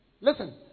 Listen